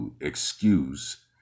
excuse